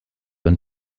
und